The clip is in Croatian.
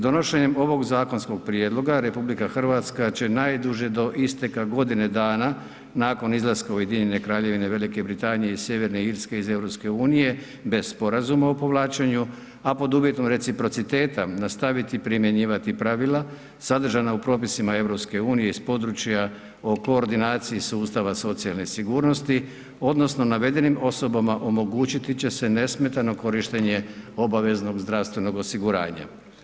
Donošenjem ovog zakonskog prijedloga, RH, će najduže do isteka godine dana, nakon izlaska Ujedinjene Kraljevine, Velike Britanije i Sjeverne Irske iz EU, bez sporazuma o povlačenju a pod uvjetom reciprociteta nastaviti primjenjivati pravila, sadžana u propisa EU, iz područja o koordinaciji sustava socijalne sigurnosti, odnosno, navedenim osobama omogućiti će se nesmetano korištenje obaveznog zdravstvenog osiguranja.